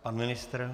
Pan ministr?